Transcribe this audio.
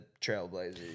Trailblazers